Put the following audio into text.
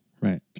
right